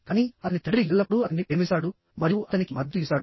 కానీ అతని తండ్రి ఎల్లప్పుడూ అతన్ని ప్రేమిస్తాడు మరియు అతనికి మద్దతు ఇస్తాడు